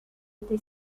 été